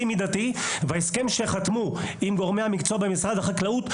מידתי בהסכם שחתמו עם גורמי המקצוע במשרד החקלאות,